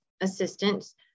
Assistance